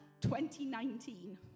2019